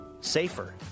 safer